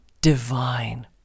divine